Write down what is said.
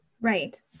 Right